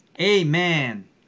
Amen